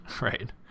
right